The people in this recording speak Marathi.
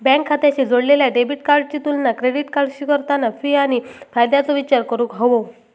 बँक खात्याशी जोडलेल्या डेबिट कार्डाची तुलना क्रेडिट कार्डाशी करताना फी आणि फायद्याचो विचार करूक हवो